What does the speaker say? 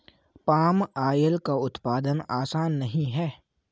palm oil का उत्पादन आसान नहीं है